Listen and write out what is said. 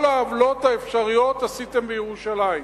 כל העוולות האפשריות עשיתם בירושלים,